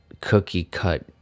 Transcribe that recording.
cookie-cut